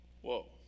whoa